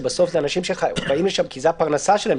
שאלה אנשים שחיים שם כי זה מקום הפרנסה שלהם,